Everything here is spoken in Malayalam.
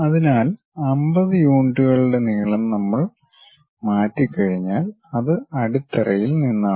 അതിനാൽ 50 യൂണിറ്റുകളുടെ നീളം നമ്മൾ മാറ്റി കഴിഞ്ഞാൽ അത് അടിത്തറയിൽ നിന്നാണ്